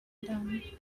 done